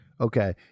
Okay